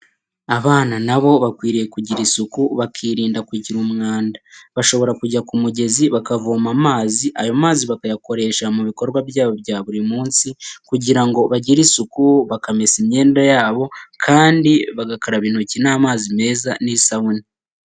Abana na bo bakwiriye kugira isuku bakirinda kugira umwanda, bashobora kujya ku mugezi bakavoma amazi, ayo mazi bakayakoresha mu bikorwa byabo bya buri munsi kugira ngo bagire isuku, bakamesa imyenda yabo kandi bagakaraba intoki n'amazi meza n'isabune.